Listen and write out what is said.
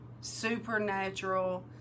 Supernatural